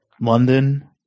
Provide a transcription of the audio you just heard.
London